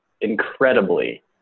incredibly